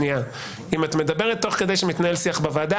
אם את מדברת תוך כדי שמתנהל שיח בוועדה,